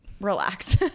relax